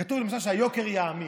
כתוב למשל שהיוקר יאמיר,